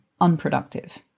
unproductive